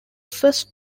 first